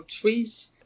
trees